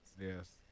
Yes